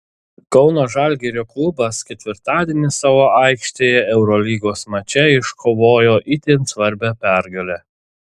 kauno žalgirio klubas ketvirtadienį savo aikštėje eurolygos mače iškovojo itin svarbią pergalę